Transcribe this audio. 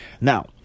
Now